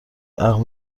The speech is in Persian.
عقد